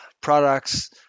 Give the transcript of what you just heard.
products